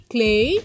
Clay